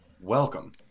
Welcome